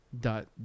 dot